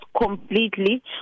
completely